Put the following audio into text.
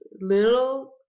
little